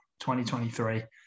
2023